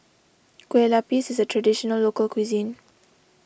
Kue Lupis is a Traditional Local Cuisine